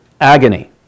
agony